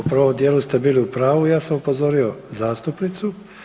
U prvom dijelu ste bili u pravu, ja sam upozorio zastupnicu.